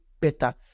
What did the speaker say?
better